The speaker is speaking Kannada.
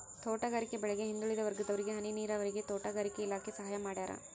ತೋಟಗಾರಿಕೆ ಬೆಳೆಗೆ ಹಿಂದುಳಿದ ವರ್ಗದವರಿಗೆ ಹನಿ ನೀರಾವರಿಗೆ ತೋಟಗಾರಿಕೆ ಇಲಾಖೆ ಸಹಾಯ ಮಾಡ್ಯಾರ